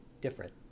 different